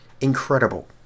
incredible